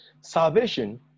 Salvation